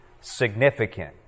significant